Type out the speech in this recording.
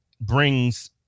brings